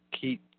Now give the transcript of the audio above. keep